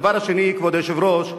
הדבר השני, כבוד היושב-ראש,